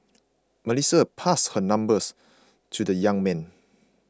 Melissa passed her number to the young man